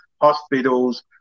hospitals